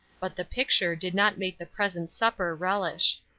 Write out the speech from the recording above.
but the picture did not make the present supper relish.